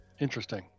Interesting